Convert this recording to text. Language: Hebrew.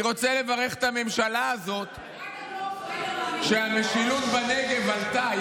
אני רוצה לברך את הממשלה הזאת שהמשילות בנגב עלתה.